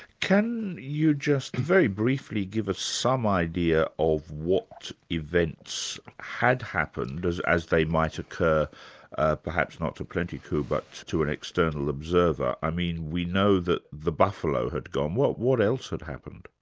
can you just very briefly give us some idea of what events had happened as as they might occur perhaps not to plenty coups, but to an external observer i mean we know that the buffalo had gone, what what else had happened?